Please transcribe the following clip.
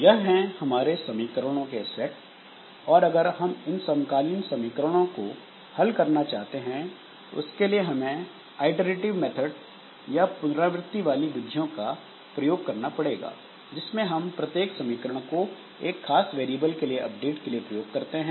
यह है हमारे समीकरणों के सेट और अगर हम इन समकालीन समीकरणों को हल करना चाहते हैं तो इसके लिए हमें आईटरेटिव मेथड या पुनरावृति वाली विधियों का प्रयोग करना पड़ेगा जिसमें हम प्रत्येक समीकरण को एक खास वेरिएबल के अपडेट के लिए प्रयोग करते हैं